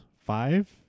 five